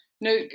no